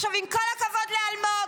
עם כל הכבוד לאלמוג,